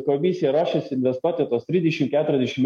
komisija ruošiasi investuoti tuos trisdešim keturiasdešim